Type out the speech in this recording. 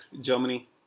germany